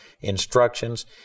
instructions